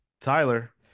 Tyler